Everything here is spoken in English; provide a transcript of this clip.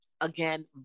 again